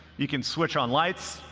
you can switch on lights,